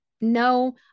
No